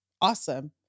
Awesome